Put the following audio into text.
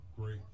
great